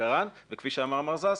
בעיקרן וכפי שאמר מר זקס,